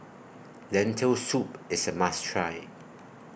Lentil Soup IS A must Try